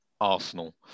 Arsenal